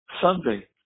Sunday